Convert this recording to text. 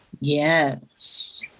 Yes